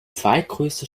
zweitgrößte